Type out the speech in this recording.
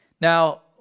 Now